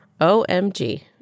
OMG